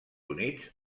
units